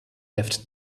left